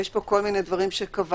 יש פה כל מיני דברים שקבענו,